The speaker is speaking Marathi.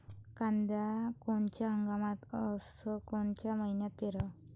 कांद्या कोनच्या हंगामात अस कोनच्या मईन्यात पेरावं?